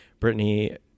Britney